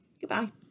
Goodbye